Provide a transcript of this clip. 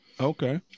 Okay